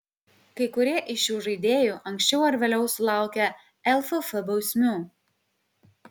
kai kurie iš šių žaidėjų anksčiau ar vėliau sulaukė lff bausmių